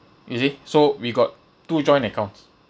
you see so we got two joint accounts